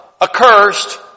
accursed